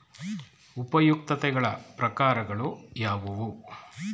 ಉಪಯುಕ್ತತೆಗಳ ಪ್ರಕಾರಗಳು ಯಾವುವು?